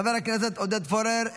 חבר הכנסת עודד פורר,